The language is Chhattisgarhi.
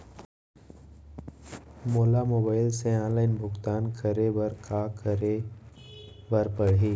मोला मोबाइल से ऑनलाइन भुगतान करे बर का करे बर पड़ही?